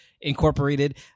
incorporated